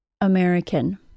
American